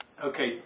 Okay